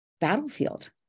battlefield